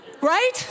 Right